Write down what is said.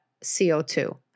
CO2